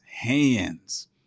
hands